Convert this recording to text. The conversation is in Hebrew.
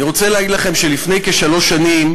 אני רוצה להגיד לכם שלפני כשלוש שנים